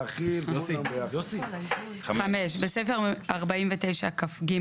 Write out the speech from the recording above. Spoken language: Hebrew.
" (5)בסעיף 49כג,